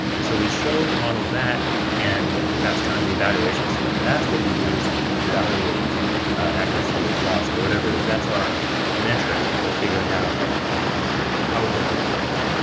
and so we show the model that and that's kind of the evaluation step and that's what we used to evaluate accuracy or loss or whatever, because that's our metric for figuring out how did our training go,